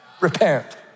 Repent